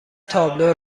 تابلو